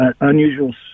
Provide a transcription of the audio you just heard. unusual